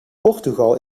portugal